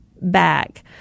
back